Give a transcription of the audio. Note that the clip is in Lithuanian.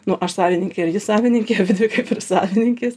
nu aš savininkė ir ji savininkė abidvi kaip ir savininkės